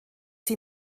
sie